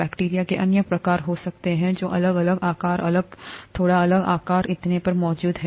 bacteria के अन्य प्रकार हो सकते हैं जो अलग अलग आकार अलग थोड़ा अलग आकार और इतने पर मौजूद हैं